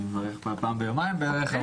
אותך אני מברך פעם ביומיים בערך,